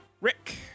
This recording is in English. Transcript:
Rick